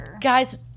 guys